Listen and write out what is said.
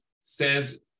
says